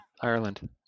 Ireland